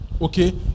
okay